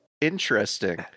interesting